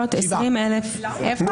21,001 עד